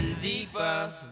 deeper